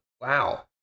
wow